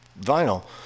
vinyl